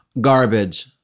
Garbage